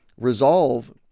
resolve